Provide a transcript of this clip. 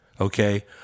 okay